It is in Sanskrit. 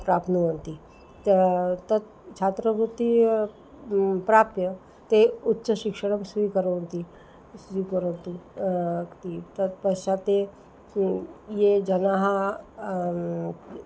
प्राप्नुवन्ति ता तत् छात्रवृत्तिं प्राप्य ते उच्चशिक्षणं स्वीकुर्वन्ति स्वीकरोतु तत्पश्चात् ते ये जनाः